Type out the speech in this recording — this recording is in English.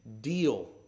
deal